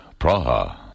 Praha